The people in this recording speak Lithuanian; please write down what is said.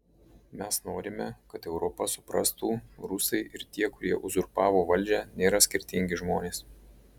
mes norime kad europa suprastų rusai ir tie kurie uzurpavo valdžią nėra skirtingi žmonės